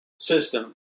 system